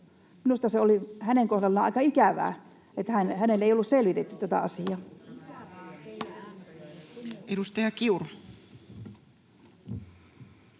Minusta se oli hänen kohdallaan aika ikävää, että hänelle ei ollut selvitetty tätä asiaa. [Speech 225]